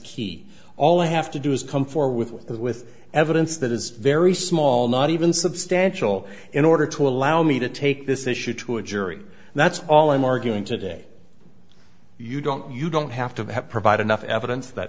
key all i have to do is come forward with it with evidence that is very small not even substantial in order to allow me to take this issue to a jury and that's all i'm arguing today you don't you don't have to have provide enough evidence that